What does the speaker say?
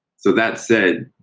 so, that said,